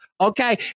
okay